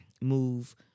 move